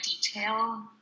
detail